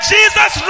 Jesus